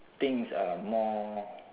things are more